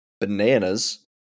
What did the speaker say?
bananas